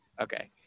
Okay